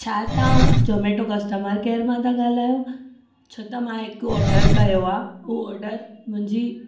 छा तां Zomato customer care मां सां ॻाल्हायो छो त मां हिकु ऑडर कयो आहे उहा ऑडर मुंहिंजी